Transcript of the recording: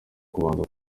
kubanza